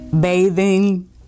bathing